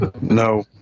No